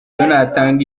natanga